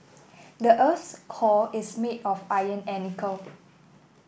the earth's core is made of iron and nickel